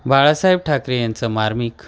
बाळासाहेब ठाकरे यांचं मार्मिक